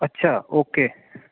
ਅੱਛਾ ਓਕੇ